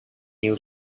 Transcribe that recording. new